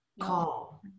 Call